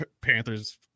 panthers